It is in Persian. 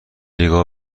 ریگا